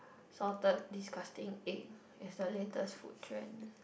salted disgusting egg is the latest food trend